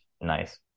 nice